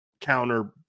counter